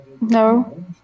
No